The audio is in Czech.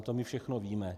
To my všechno víme.